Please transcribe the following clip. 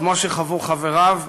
כמו שחוו חבריו,